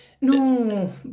No